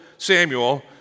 Samuel